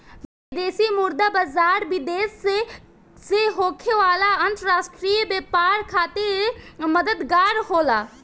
विदेशी मुद्रा बाजार, विदेश से होखे वाला अंतरराष्ट्रीय व्यापार खातिर मददगार होला